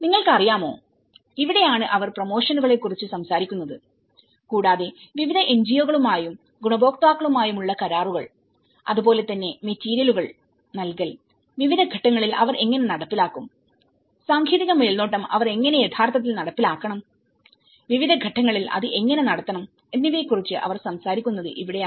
നിങ്ങൾക്ക് അറിയാമോ ഇവിടെയാണ് അവർ പ്രമോഷനുകളെ കുറിച്ച് സംസാരിക്കുന്നത് കൂടാതെ വിവിധ എൻജിഒകളുമായും NGOsഗുണഭോക്താക്കളുമായും ഉള്ള കരാറുകൾ അതുപോലെ തന്നെ മെറ്റീരിയലുകൾനൽകൽ വിവിധ ഘട്ടങ്ങളിൽ അവർ എങ്ങനെ നടപ്പിലാക്കുംസാങ്കേതിക മേൽനോട്ടം അവർ എങ്ങനെ യഥാർത്ഥത്തിൽ നടപ്പിലാക്കണം വിവിധ ഘട്ടങ്ങളിൽ അത് എങ്ങനെ നടത്തണം എന്നിവയെക്കുറിച്ച് അവർ സംസാരിക്കുന്നത് ഇവിടെയാണ്